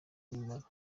umumaro